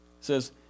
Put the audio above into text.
says